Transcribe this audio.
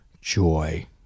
Joy